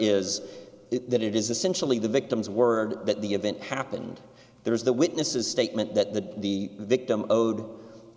it that it is essentially the victim's word that the event happened there is the witnesses statement that the the victim owed